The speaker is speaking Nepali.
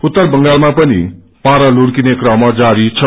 उत्तर बंगालमा पनि पारा लुढ़किने क्रम जारी छ